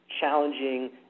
challenging